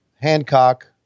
Hancock